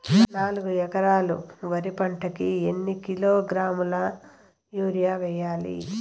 నాలుగు ఎకరాలు వరి పంటకి ఎన్ని కిలోగ్రాముల యూరియ వేయాలి?